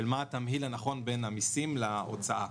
של מה התמהיל הנכון בין המסים להוצאה.